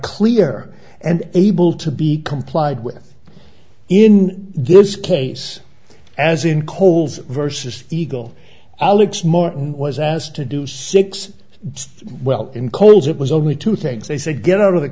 clear and able to be complied with in this case as in coles versus eagle alex martin was asked to do six well in coles it was only two things they said get out of the